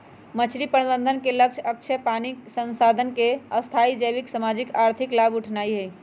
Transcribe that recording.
मछरी प्रबंधन के लक्ष्य अक्षय पानी संसाधन से स्थाई जैविक, सामाजिक, आर्थिक लाभ उठेनाइ हइ